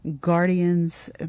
guardians